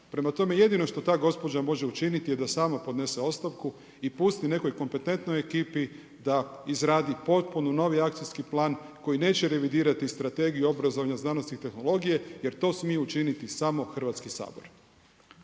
Prema tome jedino što ta gospođa može učiniti je da sama podnese ostavku i pusti nekoj kompetentnoj ekipi sa izradi potpuno novi akcijski plan koji neće revidirati Strategiju obrazovanja, znanosti i tehnologije jer to smije učiniti samo Hrvatski sabor.